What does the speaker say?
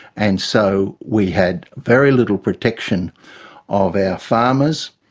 and so we had very little protection of our farmers,